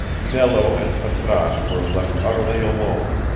nello and patrasche were left utterly alone,